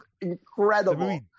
incredible